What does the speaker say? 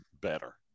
better